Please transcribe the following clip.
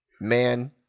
man